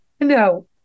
no